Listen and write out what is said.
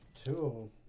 two